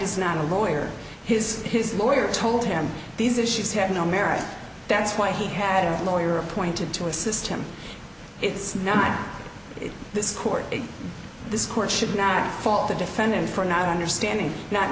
is not a lawyer his his lawyer told him these issues have no merit that's why he had a lawyer appointed to assist him it's not in this court that this court should not fault the defendant for not understanding not